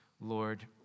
Lord